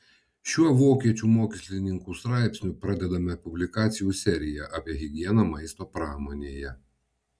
šiuo vokiečių mokslininkų straipsniu pradedame publikacijų seriją apie higieną maisto pramonėje